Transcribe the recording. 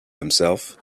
himself